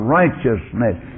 righteousness